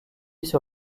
sur